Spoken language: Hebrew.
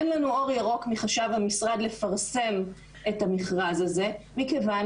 אין לנו אור ירוק מחשב המשרד לפרסם את המכרז הזה מכיוון